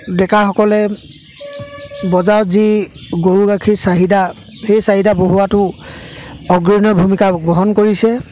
ডেকাসকলে বজাৰত যি গৰু গাখীৰ চাহিদা সেই চাহিদা বহুৱাতো অগ্ৰণীয় ভূমিকা গ্ৰহণ কৰিছে